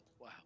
Wow